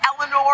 Eleanor